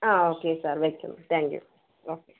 ആ okay sir വെയ്ക്കും thank you okay